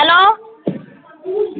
hello